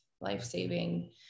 life-saving